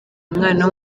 umwana